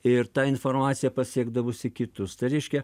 ir ta informacija pasiekdavusi kitus tai reiškia